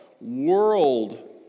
world